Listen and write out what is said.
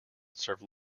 serve